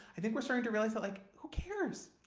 i think we're starting to realize like, who cares?